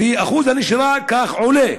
ושיעור הנשירה עולה.